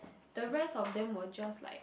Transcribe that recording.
the rest of them were just like